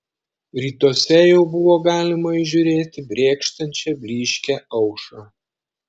rytuose jau buvo galima įžiūrėti brėkštančią blyškią aušrą